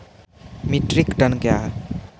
Metric ton कया हैं?